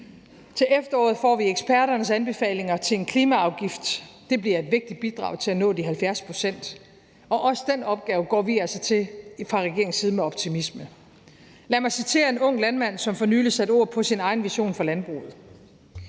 Til efteråret får vi eksperternes anbefalinger til en klimaafgift. Det bliver et vigtigt bidrag til at nå de 70 pct., og også den opgave går vi altså fra regeringens side til med optimisme. Lad mig citere en ung landmand, som for nylig satte ord på sin egen vision for landbruget: